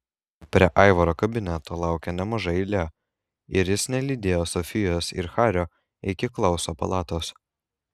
prie aivaro kabineto laukė nemaža eilė ir jis nelydėjo sofijos ir hario iki klauso palatos